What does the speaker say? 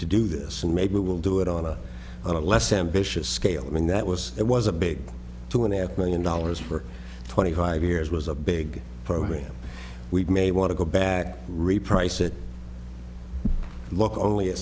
to do this and maybe we will do it on a less ambitious scale and that was it was a big two and a half million dollars for twenty five years was a big program we may want to go back reprice it look only a